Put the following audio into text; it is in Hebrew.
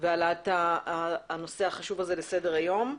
בהעלאת הנושא החשוב הזה לסדר היום.